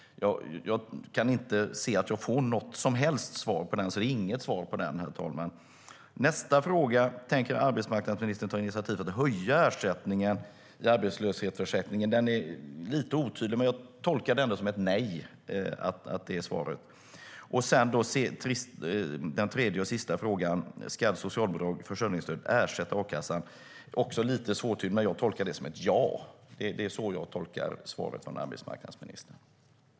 Jag kan inte se att jag får något som helst svar på den frågan. Det är alltså inget svar. Den andra frågan var: Tänker arbetsmarknadsministern ta initiativ till att höja ersättningen i arbetslöshetsförsäkringen? Svaret är lite otydligt, men jag tolkar det ändå som ett nej. Den tredje frågan var: Ska socialbidrag/försörjningsstöd ersätta a-kassan? Även det svaret är lite svårt att tyda. Men jag tolkar det som ett ja.